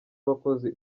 abakozi